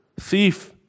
Thief